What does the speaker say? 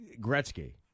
Gretzky